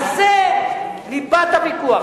על זה ליבת הוויכוח.